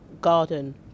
garden